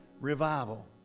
revival